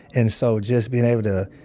and so just being able to,